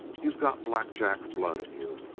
you got black jack's blood in you.